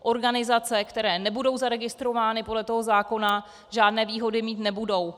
Organizace, které nebudou zaregistrovány podle toho zákona, žádné výhody mít nebudou.